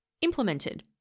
implemented